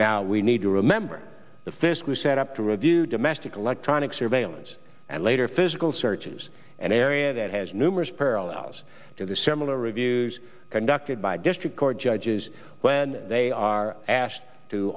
now we need to remember the physical set up to review domestic electronic surveillance and later physical searches an area that has numerous parallels to the similar reviews conducted by district court judges when they are asked to